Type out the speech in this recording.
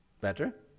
better